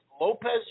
Lopez